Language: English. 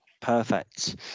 Perfect